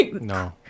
No